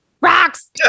Rocks